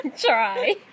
try